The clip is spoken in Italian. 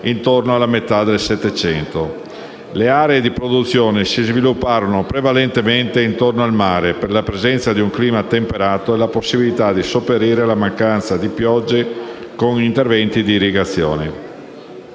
intorno alla metà del Settecento; le aree di produzione si svilupparono prevalentemente intorno al mare, per la presenza di un clima temperato e la possibilità di sopperire alla mancanza di piogge con interventi di irrigazione.